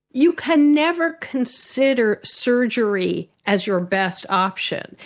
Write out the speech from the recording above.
you can never consider surgery as your best option.